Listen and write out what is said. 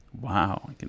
wow